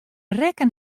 rekken